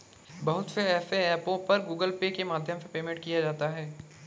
बहुत से ऐपों पर गूगल पे के माध्यम से पेमेंट किया जा सकता है